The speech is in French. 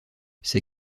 ces